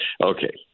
Okay